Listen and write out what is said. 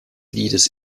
liedes